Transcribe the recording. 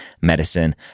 Medicine